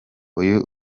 uyu